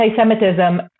anti-Semitism